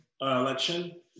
election